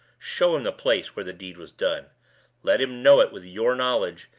show him the place where the deed was done let him know it with your knowledge,